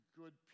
good